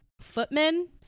footmen